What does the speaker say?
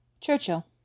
Churchill